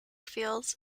fields